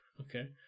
Okay